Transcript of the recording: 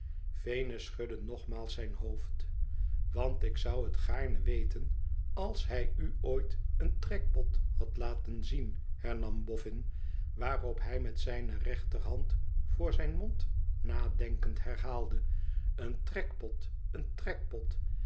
venus schudde nogmaals zijn hoofd want ik zou het gaarne weten als hij u ooit een trekpot had laten zien hernam bofhn waarop hij met zijne rechterhand voor zijn mond nadenkend herhaalde een trekpot een trekpot